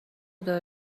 دار